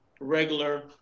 regular